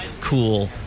cool